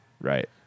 Right